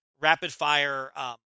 rapid-fire –